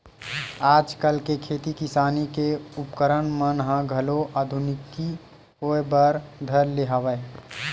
आजकल के खेती किसानी के उपकरन मन ह घलो आधुनिकी होय बर धर ले हवय